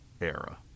era